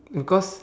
because